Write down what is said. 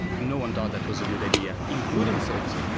no one thought that was a good idea, including sid.